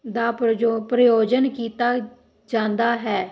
ਦਾ ਪਰ ਜੋ ਪ੍ਰਯੋਜਨ ਕੀਤਾ ਜਾਂਦਾ ਹੈ